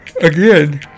again